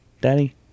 Daddy